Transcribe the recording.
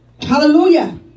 Hallelujah